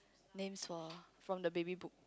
names for from the baby book